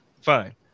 Fine